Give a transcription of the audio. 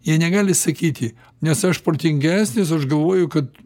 jie negali sakyti nes aš protingesnis aš galvoju kad